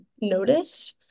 noticed